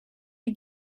you